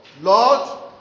Lord